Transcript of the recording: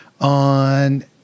on